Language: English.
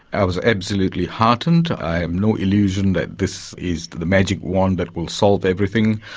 i was absolutely heartened. i have no illusion that this is the magic wand that will solve everything,